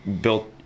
built